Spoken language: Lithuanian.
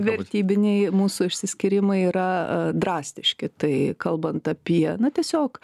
vertybiniai mūsų išsiskyrimai yra drastiški tai kalbant apie na tiesiog